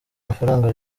amafaranga